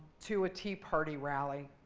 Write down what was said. to a tea party rally.